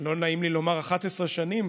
לא נעים לי לומר, 11 שנים.